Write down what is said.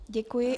Děkuji.